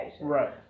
Right